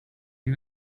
you